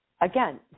Again